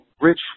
rich